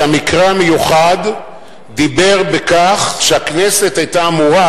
שהמקרה המיוחד דיבר בכך שהכנסת היתה אמורה,